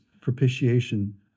propitiation